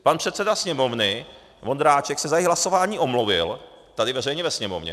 Pan předseda Sněmovny Vondráček se z hlasování omluvil tady veřejně ve Sněmovně.